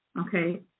Okay